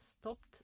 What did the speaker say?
stopped